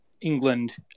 England